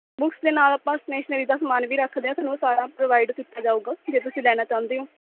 books ਦੇ ਨਾਲ ਆਪਾਂ ਸਟੇਸ਼ਨਰੀ ਦਾ ਸਮਾਨ ਵੀ ਰੱਖਦੇ ਹਾਂ ਤੁਹਾਨੂੰ ਉਹ ਸਾਰਾ ਪ੍ਰੋਵਾਈਡ ਕੀਤਾ ਜਾਉਗਾ ਜੇ ਤੁਸੀਂ ਲੈਣਾ ਚਾਹੁੰਦੇ ਹੋ